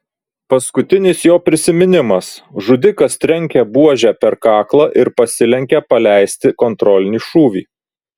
paskutinis jo prisiminimas žudikas trenkia buože per kaklą ir pasilenkia paleisti kontrolinį šūvį